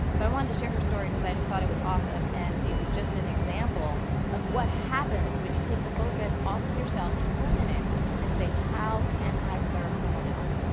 i wanted to share her story cause i just thought it was awesome. and it was just an example of what happens when you take the focus off of yourself just for a minute and say, how can i serve someone else?